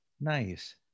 Nice